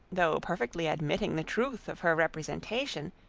though perfectly admitting the truth of her representation,